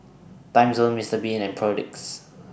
Timezone Mister Bean and Perdix